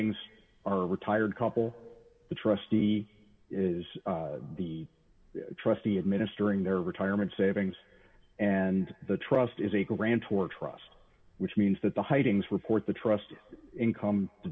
hidings are a retired couple the trustee is the trustee administering their retirement savings and the trust is a grant toward trust which means that the hidings report the trust income